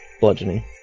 Bludgeoning